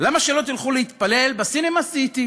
למה שלא תלכו להתפלל ב"סינמה סיטי"